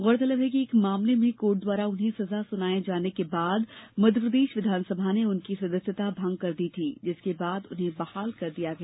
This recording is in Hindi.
गौरतलब है कि एक मामले में कोर्ट द्वारा उन्हें सजा सुनाए जाने के बाद मध्यप्रदेष विधानसभा ने उनकी सदस्यता भंग कर दी थी जिसे बाद में उन्हें बहाल कर दिया गया